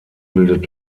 bildet